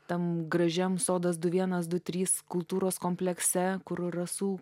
tam gražiam sodas du vienas du trys kultūros komplekse kur rasų